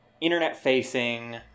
internet-facing